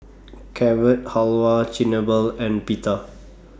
Carrot Halwa Chigenabe and Pita